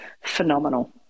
phenomenal